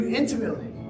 intimately